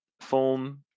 form